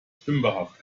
stümperhaft